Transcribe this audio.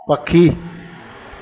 पखी